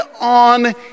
on